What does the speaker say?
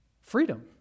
Freedom